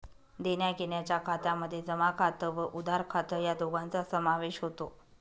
देण्याघेण्याच्या खात्यामध्ये जमा खात व उधार खात या दोघांचा समावेश होतो